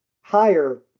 higher